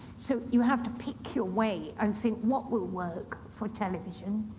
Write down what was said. so you have to pick your way and think what will work for television.